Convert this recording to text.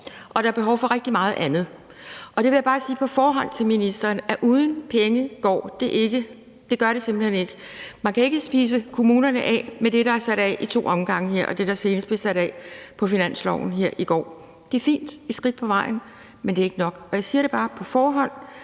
og der er behov for rigtig meget andet. Jeg vil bare på forhånd sige til ministeren, at uden penge går det ikke. Det gør det simpelt hen ikke. Man kan ikke spise kommunerne af med det, der er sat af i to omgange her, og det, der senest blev sat af på finansloven her i går. Det er fint, og det er et skridt på vejen, men det er ikke nok. Jeg siger det bare på forhånd,